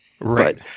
Right